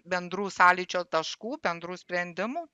bendrų sąlyčio taškų bendrų sprendimų